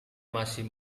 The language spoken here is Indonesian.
masih